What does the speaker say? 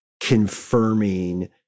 confirming